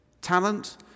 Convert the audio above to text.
Talent